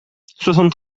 soixante